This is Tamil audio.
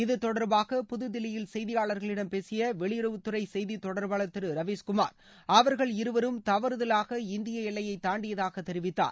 இது தொடர்பாக புது தில்லியில் செய்தியாளர்களிடம் பேசிய வெளியுறவுத் துறை செய்தி தொடர்பாளர் திரு ரவிஷ்குமார் அவர்கள் இருவரும் தவறுதலாக இந்திய எல்லையை தாண்டியதாக தெரிவித்தார்